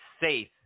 safe